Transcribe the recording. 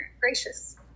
gracious